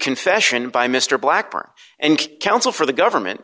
confession by mr blackburn and counsel for the government